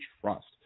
trust